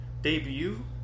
debut